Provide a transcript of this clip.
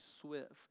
swift